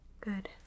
Good